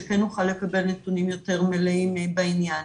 שכן נוכל לקבל נתונים יותר מלאים בעניין.